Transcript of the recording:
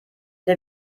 der